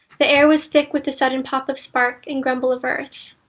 the air was thick with the sudden pop of spark and grumble of earth.